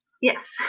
Yes